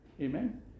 Amen